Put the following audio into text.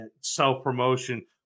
self-promotion